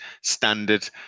standard